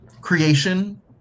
creation